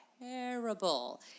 Terrible